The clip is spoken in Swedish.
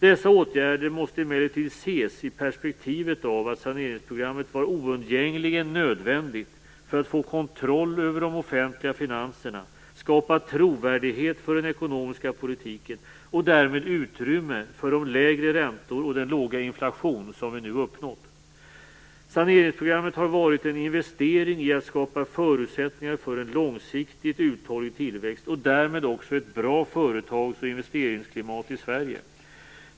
Dessa åtgärder måste emellertid ses i perspektivet av att saneringsprogrammet var oundgängligen nödvändigt för att få kontroll över de offentliga finanserna, skapa trovärdighet för den ekonomiska politiken och därmed utrymme för de lägre räntor och den låga inflation som vi nu uppnått. Saneringsprogrammet har varit en investering i att skapa förutsättningar för en långsiktigt uthållig tillväxt och därmed också ett bra företags och investeringsklimat i Sverige.